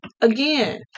again